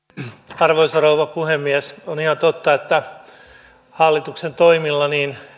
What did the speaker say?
arvoisa rouva puhemies on ihan totta että hallituksen toimilla